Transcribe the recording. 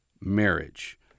marriage